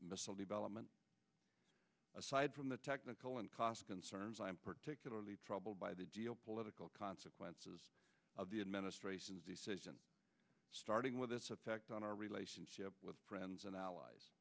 missile development aside from the technical and cost concerns i'm particularly troubled by the geopolitical consequences of the administration's decision starting with this affect on our relationship with friends and allies